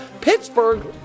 Pittsburgh